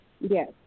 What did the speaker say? Yes